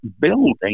building